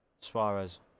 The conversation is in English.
Suarez